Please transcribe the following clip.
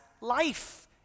life